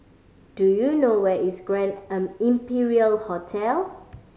do you know where is Grand an Imperial Hotel